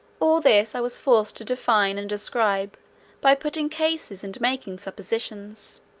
all this i was forced to define and describe by putting cases and making suppositions.